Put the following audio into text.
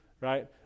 right